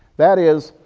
that is,